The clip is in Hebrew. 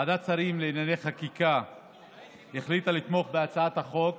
ועדת שרים לענייני חקיקה החליטה לתמוך בהצעת החוק